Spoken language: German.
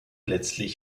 letztlich